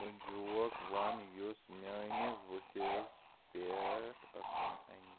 سُہ جوک ون یُس میٲنِس بٔتِھس پیٹھ اَسُن اَنہِ